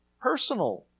personal